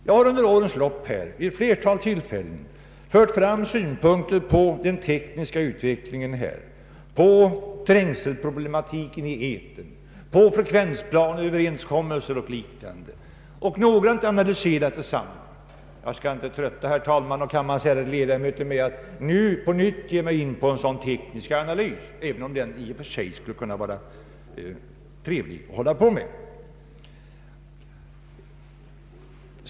Jag har under årens lopp här vid ett flertal tillfällen fört fram synpunkter på den tekniska utvecklingen, på trängseln i etern, på frekvensplaneöverenskommelser o.d. och noggrant analyserat dessa problem. Jag skall inte trötta herr talmannen och kammarens ärade ledamöter med att nu på nytt ge mig in på en teknisk analys, även om det i och för sig skulle vara trevligt att göra en sådan.